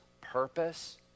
purpose